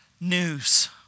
news